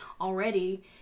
already